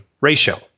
ratio